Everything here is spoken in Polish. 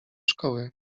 szkoły